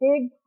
big